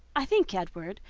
i think, edward,